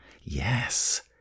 Yes